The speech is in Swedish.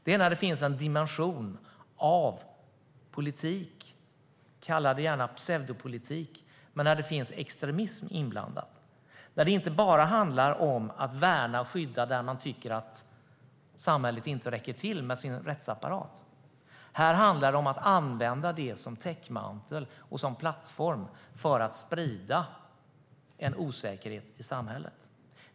Det är när det finns en dimension av politik - kalla det gärna pseudopolitik - där det finns extremism inblandad, där det inte bara handlar om att värna och skydda när man tycker att samhället inte räcker till med sin rättsapparat. Här handlar det om att använda det som täckmantel och plattform för att sprida en osäkerhet i samhället.